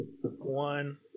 One